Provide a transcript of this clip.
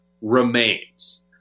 remains